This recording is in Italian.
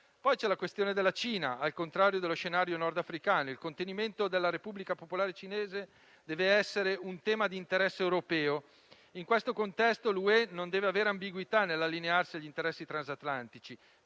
poi la questione della Cina: al contrario dello scenario nordafricano, il contenimento della Repubblica popolare cinese deve essere un tema di interesse europeo. In questo contesto la UE non deve avere ambiguità nell'allinearsi agli interessi transatlantici.